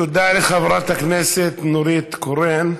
תודה לחברת הכנסת נורית קורן.